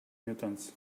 mutants